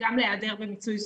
וגם בהיעדר במיצוי זכויות.